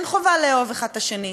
אין חובה לאהוב האחד את השני,